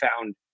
found